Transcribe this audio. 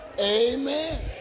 Amen